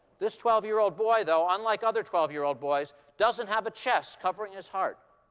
this twelve year old boy, though, unlike other twelve year old boys, doesn't have a chest covering his heart.